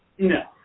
No